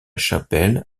chapelle